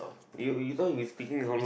you you going we speaking how long